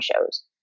shows